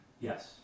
Yes